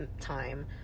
time